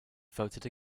voted